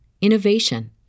innovation